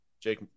Jake